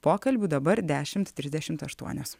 pokalbių dabar dešimt trisdešimt aštuonios